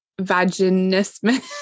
vaginismus